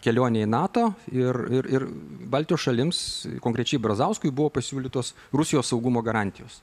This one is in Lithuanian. kelionę į nato ir ir baltijos šalims konkrečiai brazauskui buvo pasiūlytos rusijos saugumo garantijos